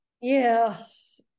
Yes